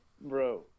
Bro